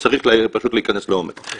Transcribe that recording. צריך פשוט להיכנס לעומק.